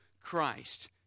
Christ